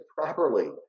properly